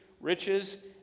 riches